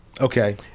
Okay